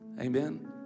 Amen